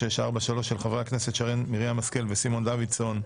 של חברי הכנסת שרן מרים השכל וסימון דוידסון.